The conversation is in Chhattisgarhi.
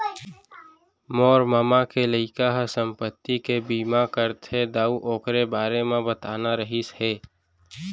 मोर ममा के लइका ह संपत्ति के बीमा करथे दाऊ,, ओकरे बारे म बताना रहिस हे